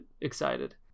excited